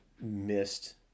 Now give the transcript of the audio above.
missed